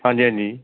ਹਾਂਜੀ ਹਾਂਜੀ ਜੀ